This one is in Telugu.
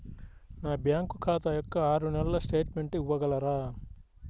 నా బ్యాంకు ఖాతా యొక్క ఆరు నెలల స్టేట్మెంట్ ఇవ్వగలరా?